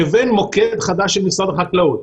לבין מוקד חדש של משרד החקלאות.